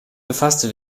befasste